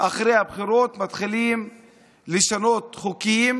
אחרי הבחירות מתחילים לשנות חוקים